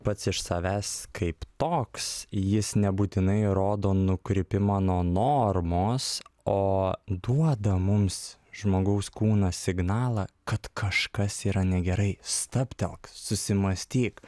pats iš savęs kaip toks jis nebūtinai rodo nukrypimą nuo normos o duoda mums žmogaus kūnas signalą kad kažkas yra negerai stabtelk susimąstyk